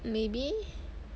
maybe